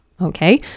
Okay